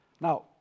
Now